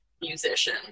musician